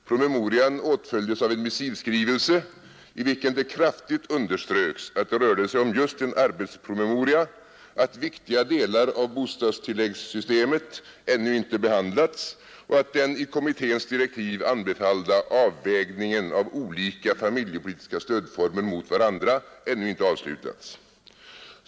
Promemorian åtföljdes av en missivskrivelse, i vilken det kraftigt underströks att det rörde sig om en arbetspromemoria, att viktiga delar av bostadstilläggssystemet ännu inte behandlats och att den i kommitténs direktiv anbefallda avvägningen av olika familjepolitiska stödformer mot varandra ännu inte avslutats.